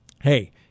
hey